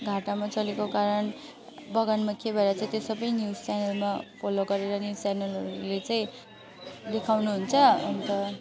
घाटामा चलेको कारण बगानमा के भइरहेको छ त्यो सबै न्युज च्यानलमा फलो गरेर नै च्यानलहरूले चाहिँ देखाउनुहुन्छ अन्त